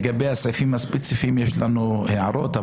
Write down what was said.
לגבי הסעיפים הספציפיים, יש לנו הערות,